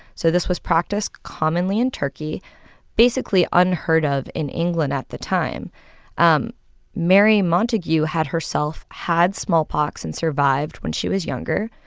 so this was practiced commonly in turkey basically unheard of in england at the time um mary montagu had herself had smallpox and survived when she was younger.